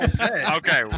Okay